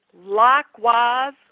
Likewise